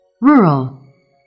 Rural